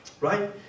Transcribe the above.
right